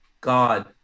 God